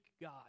God